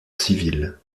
civil